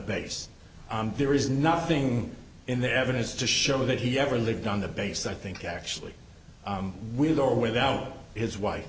base there is nothing in the evidence to show that he ever lived on the base i think actually with or without his w